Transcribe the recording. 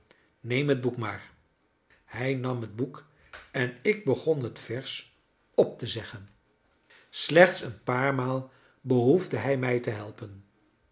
neem het boek maar hij nam het boek en ik begon het vers op te zeggen slechts een paar maal behoefde hij mij te helpen